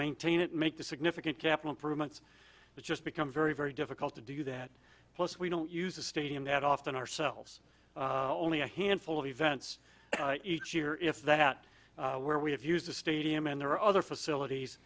maintain it make the significant gap in improvements it's just become very very difficult to do that plus we don't use the stadium that often ourselves only a handful of events each year if that were we have used the stadium and there are other facilities